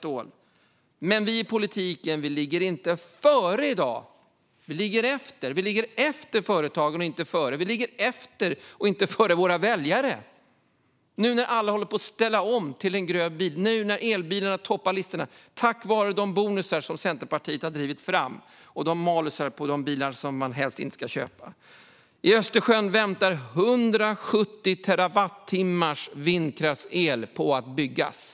Men vi i politiken ligger inte före i dag. Vi ligger efter företagen och inte före. Vi ligger också efter och inte före våra väljare - nu när alla håller på att ställa om till det gröna, nu när elbilarna toppar listorna, tack vare de bonusar som Centerpartiet har drivit fram och malusarna på de bilar som man helst inte ska köpa. I Östersjön väntar 170 terawattimmars vindkraftsel på att byggas.